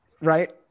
right